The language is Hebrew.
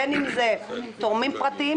בין אם זה תורמים פרטיים,